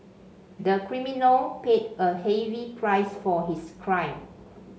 the criminal paid a heavy price for his crime